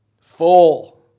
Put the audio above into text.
Full